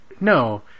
No